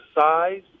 size